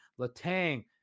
Latang